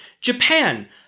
Japan